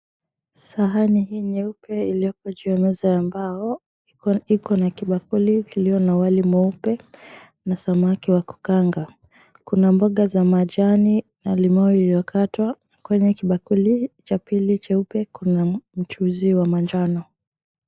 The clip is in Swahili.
Sahani hii nyeupe iliopo juu ya meza ya mbao iko na kibakuli kilio na wali mweupe na samaki wa kukaanga. Kuna mboga za majani na limau iliyokatwa. Kwenye kibakuli cha pili cheupe kuna mchuzi wa manjano.